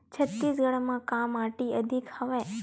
छत्तीसगढ़ म का माटी अधिक हवे?